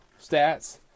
stats